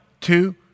two